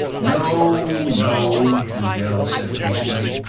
no, no, rugel said patiently,